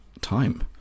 time